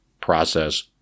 process